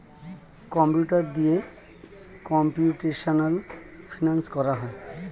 computer দিয়ে computational finance করা হয়